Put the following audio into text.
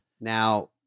Now